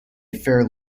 fare